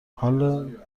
حال